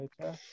Okay